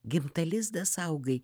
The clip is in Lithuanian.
gimtą lizdą saugai